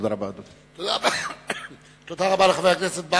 תודה רבה, אדוני.